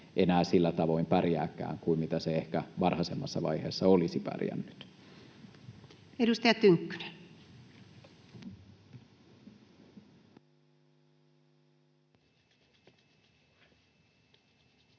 enää sillä tavoin pärjääkään kuin mitä se ehkä varhaisemmassa vaiheessa olisi pärjännyt. [Speech